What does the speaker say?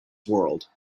world